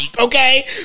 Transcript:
Okay